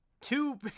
two